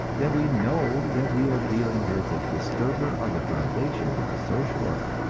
then we know that we are dealing with a disturber of the foundations of the social order,